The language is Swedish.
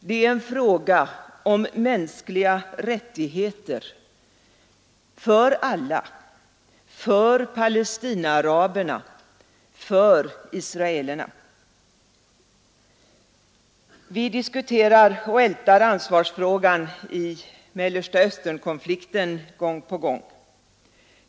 Det är en fråga om mänskliga rättigheter för alla, för Palestinaaraberna, för israelerna. Vi diskuterar och ältar ansvarsfrågan i Mellanösternkonflikten gång på gång.